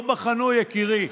לא בחנו, יקירי.